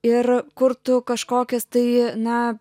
ir kurtų kažkokis tai na